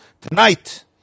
tonight